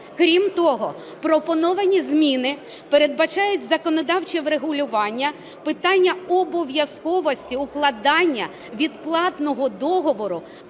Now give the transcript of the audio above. Крім того, пропоновані зміни передбачають законодавче врегулювання питання обов'язковості укладання відплатного договору